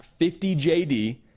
50JD